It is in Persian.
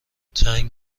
جنگ